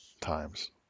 times